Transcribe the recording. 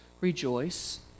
rejoice